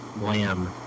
lamb